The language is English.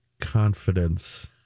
confidence